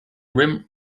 rim